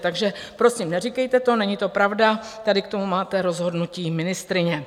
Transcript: Takže prosím, neříkejte to, není to pravda, tady k tomu máte rozhodnutí ministryně.